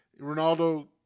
Ronaldo